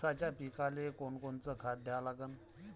ऊसाच्या पिकाले कोनकोनचं खत द्या लागन?